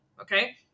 Okay